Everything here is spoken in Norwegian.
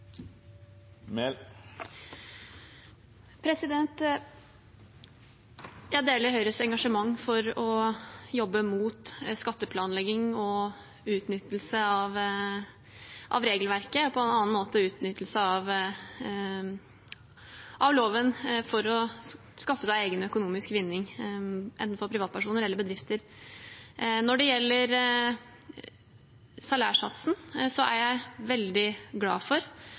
i dag. Jeg deler Høyres engasjement for å jobbe mot skatteplanlegging og utnyttelse av regelverket og annen utnyttelse av loven for å skaffe seg egen økonomisk vinning, enten for privatpersoner eller bedrifter. Når det gjelder salærsatsen, er jeg veldig glad for